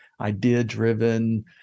Idea-driven